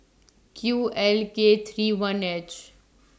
Q L K three one H